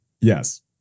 Yes